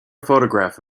photograph